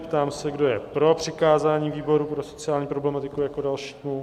Ptám se, kdo je pro přikázání výboru pro sociální problematiku jako dalšímu.